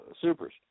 supers